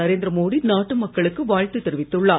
நரேந்திர மோடி நாட்டு மக்களுக்கு வாழ்த்து தெரிவித்துள்ளார்